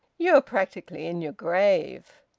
you're practically in your grave.